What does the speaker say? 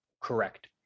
correct